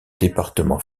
département